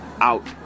out